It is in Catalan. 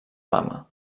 mama